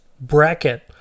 bracket